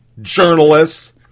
journalists